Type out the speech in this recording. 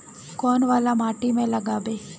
कौन वाला माटी में लागबे?